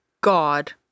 God